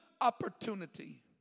opportunity